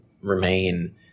remain